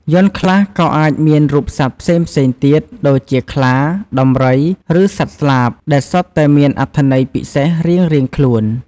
យ័ន្តខ្លះក៏អាចមានរូបសត្វផ្សេងៗទៀត ដូចជាខ្លា ដំរី ឬសត្វស្លាប ដែលសុទ្ធតែមានអត្ថន័យពិសេសរៀងៗខ្លួន។